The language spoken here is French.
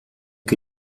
que